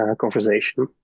conversation